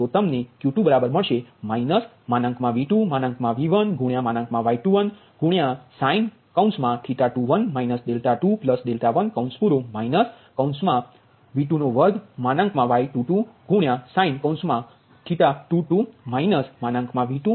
તો તમને આ Q2 બરાબર મળશે minus V2 V1 Y21 sin 21 21 minus V22 Y22sin 22 minus V2 V3 Y23 sin 23 23 જેને સમીકરણ મા નીચે મુજબ લખેલુ છે